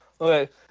Okay